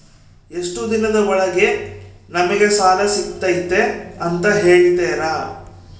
ಎಷ್ಟು ದಿನದ ಒಳಗೆ ನಮಗೆ ಸಾಲ ಸಿಗ್ತೈತೆ ಅಂತ ಹೇಳ್ತೇರಾ?